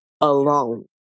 alone